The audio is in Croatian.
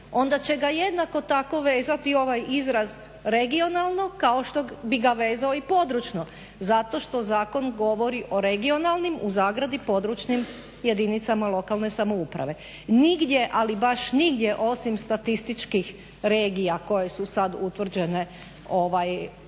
onda će ga jednako tako vezati i ovaj izraz regionalno kao što bi ga vezao i područno zato što zakon govori o regionalnim (područnim) jedinicama lokalne samouprave. Nigdje, ali baš nigdje, osim statističkih regija koje su sad utvrđene i